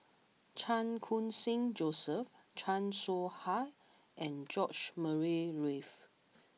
Chan Khun Sing Joseph Chan Soh Ha and George Murray Reith